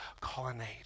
Colonnade